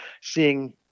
seeing